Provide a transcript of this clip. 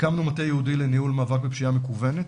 הקמנו מטה ייעודי לניהול מאבק בפשיעה מקוונת